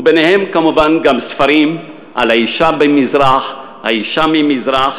וכמובן גם ספרים על האישה במזרח, "האישה ממזרח",